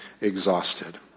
exhausted